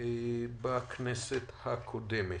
בכנסת הקודמת.